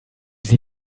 sie